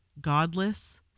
godless